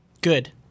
Good